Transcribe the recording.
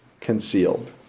concealed